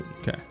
Okay